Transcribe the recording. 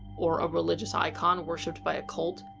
or, a religious icon worshiped by a cult?